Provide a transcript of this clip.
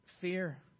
fear